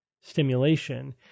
stimulation